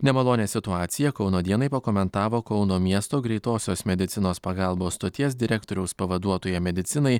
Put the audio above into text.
nemalonią situaciją kauno dienai pakomentavo kauno miesto greitosios medicinos pagalbos stoties direktoriaus pavaduotoja medicinai